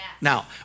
Now